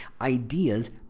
ideas